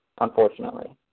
unfortunately